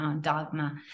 dogma